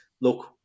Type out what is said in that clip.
look